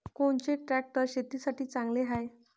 कोनचे ट्रॅक्टर शेतीसाठी चांगले हाये?